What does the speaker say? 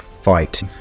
fight